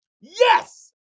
Yes